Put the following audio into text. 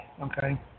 okay